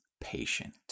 patient